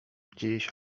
dziś